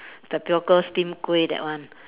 tapioca steamed kueh that one